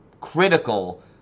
critical